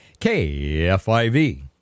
KFIV